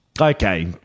okay